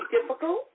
difficult